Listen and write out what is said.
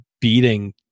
beating